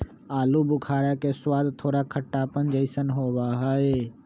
आलू बुखारा के स्वाद थोड़ा खट्टापन जयसन होबा हई